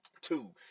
Two